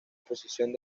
posición